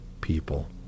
people